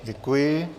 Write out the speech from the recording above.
Děkuji.